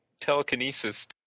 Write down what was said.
telekinesis